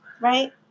right